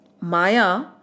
Maya